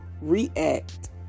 react